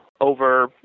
over